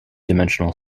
dimensional